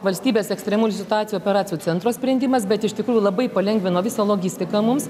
valstybės ekstremalių situacijų operacijų centro sprendimas bet iš tikrųjų labai palengvino visą logistiką mums